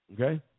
Okay